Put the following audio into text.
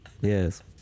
yes